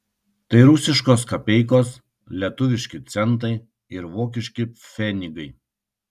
tai rusiškos kapeikos lietuviški centai ir vokiški pfenigai